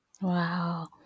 Wow